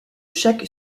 chaque